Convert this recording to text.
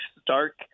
stark